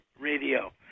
radio